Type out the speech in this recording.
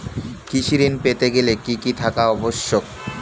কৃষি ঋণ পেতে গেলে কি কি থাকা আবশ্যক?